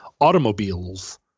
automobiles